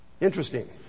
Interesting